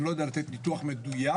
אני לא יודע לתת ניתוח מדויק,